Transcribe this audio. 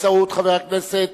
באמצעות חבר הכנסת,